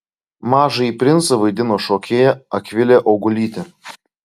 mažąjį princą vaidino šokėja akvilė augulytė